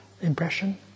impression